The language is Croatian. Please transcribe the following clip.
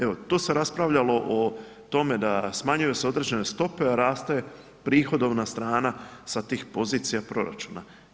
Evo, tu se raspravljalo o tome da smanjuju se određene stope a raste prihodovna strana sa tih pozicija proračuna.